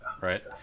right